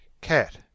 Cat